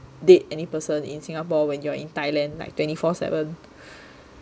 date any person in Singapore when you're in Thailand like twenty four seven